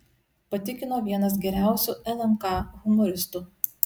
patikino vienas geriausių lnk humoristų